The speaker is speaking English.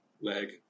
leg